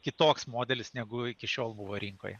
kitoks modelis negu iki šiol buvo rinkoje